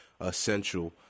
essential